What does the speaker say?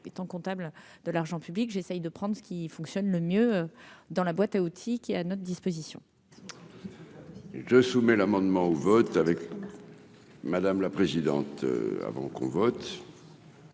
étant comptable de l'argent public, j'essaie de prendre ce qui fonctionne le mieux dans la boîte à outils qui est à notre disposition. C'est tous ces trucs-là. Je soumets l'amendement au vote avec madame la présidente, avant qu'on vote.